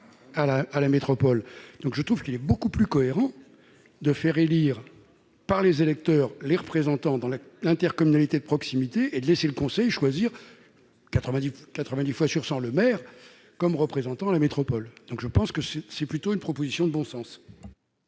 à la métropole, donc je trouve qu'il est beaucoup plus cohérent de faire élire par les électeurs, les représentants dans l'intercommunalité, de proximité et de laisser le conseiller choisir 98 90 fois sur 100 le maire comme représentant la métropole, donc je pense que c'est, c'est plutôt une proposition de bon sens.